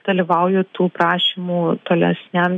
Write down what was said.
dalyvauju tų prašymų tolesniam